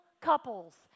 couples